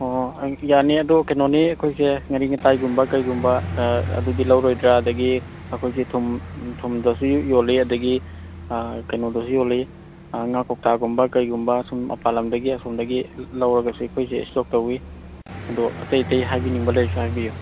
ꯑꯣ ꯌꯥꯅꯤ ꯑꯗꯨ ꯀꯩꯅꯣꯅꯤ ꯑꯩꯈꯣꯏꯁꯦ ꯉꯥꯔꯤ ꯉꯥꯇꯥꯏꯒꯨꯝꯕ ꯀꯩꯒꯨꯝꯕ ꯑꯗꯨꯗꯤ ꯂꯧꯔꯣꯏꯗ꯭ꯔꯥ ꯑꯗꯒꯤ ꯑꯩꯈꯣꯏꯒꯤ ꯊꯨꯝ ꯊꯨꯝꯗꯁꯨ ꯌꯣꯜꯂꯤ ꯑꯗꯒꯤ ꯀꯩꯅꯣꯗꯁꯨ ꯌꯣꯜꯂꯤ ꯉꯥ ꯀꯧꯇꯥꯒꯨꯝꯕ ꯀꯩꯒꯨꯝꯕ ꯁꯨꯝ ꯃꯄꯥꯟ ꯂꯝꯗꯒꯤ ꯑꯁꯣꯝꯗꯒꯤ ꯂꯧꯔꯒꯁꯨ ꯑꯩꯈꯣꯏꯁꯦ ꯏꯁꯇꯣꯛ ꯇꯧꯋꯤ ꯑꯗꯣ ꯑꯇꯩ ꯑꯇꯩ ꯍꯥꯏꯕꯤꯅꯤꯡꯕ ꯂꯩꯔꯁꯨ ꯍꯥꯏꯕꯤꯌꯨ